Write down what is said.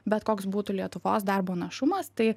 bet koks būtų lietuvos darbo našumas tai